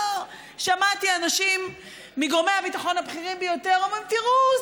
שמעתי אנשים מגורמי הביטחון הבכירים ביותר אומרים: תראו,